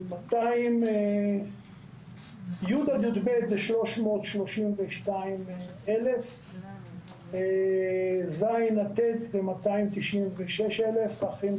ח' עד י"ב 940,000. א' עד ו' יש 229,000 פטורי